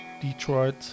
detroit